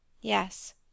—Yes